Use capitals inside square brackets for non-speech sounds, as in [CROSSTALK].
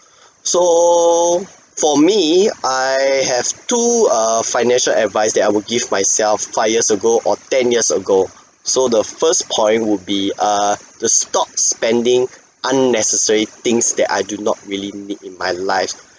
so for me I have two err financial advice that I would give myself five years ago or ten years ago [BREATH] so the first point would be err to stop spending unnecessary things that I do not really need in my life [BREATH]